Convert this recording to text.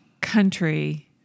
country